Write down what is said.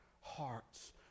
hearts